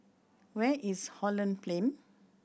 where is Holland Plain